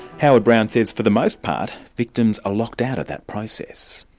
howard brown says for the most part, victims are locked out of that process.